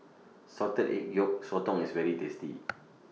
Salted Egg Yolk Sotong IS very tasty